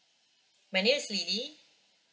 my name's lily